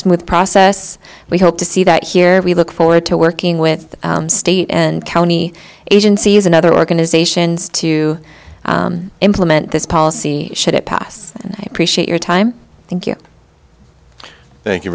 smooth process we hope to see that here we look forward to working with state and county agencies and other organizations to implement this policy should it pass and appreciate your time thank you thank you